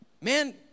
man